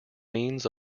means